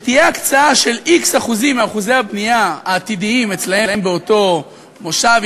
שתהיה הקצאה של x אחוזים מאחוזי הבנייה העתידיים אצלם באותו מושב,